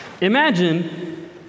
Imagine